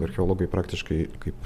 archeologai praktiškai kaip